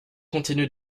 continue